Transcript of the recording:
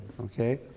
Okay